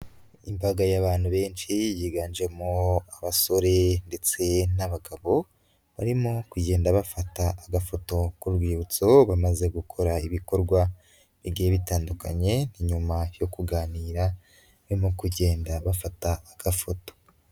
Imbaga y'abantu benshi yiganjemo abasore ndetse n'abagabo, barimo kugenda bafata agafoto k'urwibutso bamaze gukora ibikorwa bigiye bitandukanye, ni nyuma yo kuganira birimo kugenda bafata agafoto.